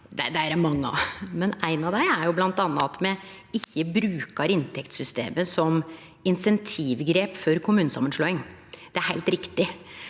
er det mange av, men éin av dei er bl.a. at me ikkje brukar inntektssystemet som insentivgrep for kommunesamanslåing. Det er heilt riktig.